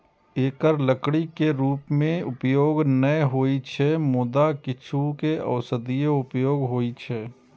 एकर लकड़ी के रूप मे उपयोग नै होइ छै, मुदा किछु के औषधीय उपयोग होइ छै